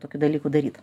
tokių dalykų daryt